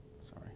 Sorry